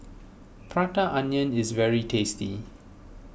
Prata Onion is very tasty